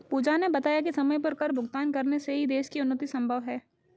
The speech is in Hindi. पूजा ने बताया कि समय पर कर भुगतान करने से ही देश की उन्नति संभव है